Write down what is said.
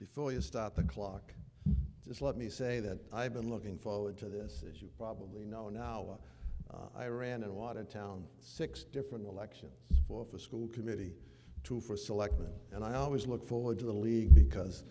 before you start the clock just let me say that i've been looking forward to this as you probably know now or iran and watertown six different elections of a school committee two for selectman and i always look forward to the lead because